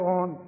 on